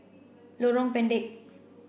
Lorong Pendek